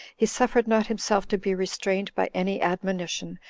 he suffered not himself to be restrained by any admonition,